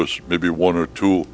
was maybe one or two